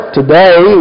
today